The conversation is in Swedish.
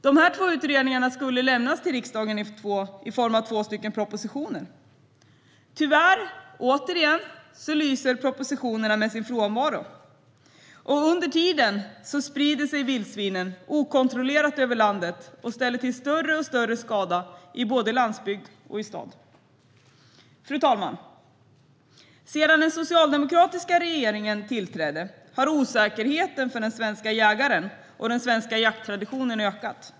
Dessa två utredningar skulle lämnas till riksdagen i form av två propositioner. Tyvärr lyser återigen propositionerna med sin frånvaro. Under tiden sprider sig vildsvinen okontrollerat över landet och ställer till med större och större skada både på landsbygd och i stad. Fru talman! Sedan den socialdemokratiska regeringen tillträdde har osäkerheten för den svenska jägaren och den svenska jakttraditionen ökat.